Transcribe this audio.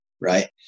right